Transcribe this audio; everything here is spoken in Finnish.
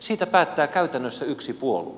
siitä päättää käytännössä yksi puolue